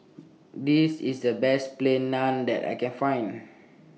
This IS The Best Plain Naan that I Can Find